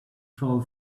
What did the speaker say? fall